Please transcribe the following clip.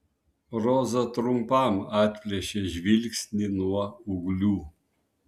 roza trumpam atplėšė žvilgsnį nuo ūglių